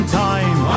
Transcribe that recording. time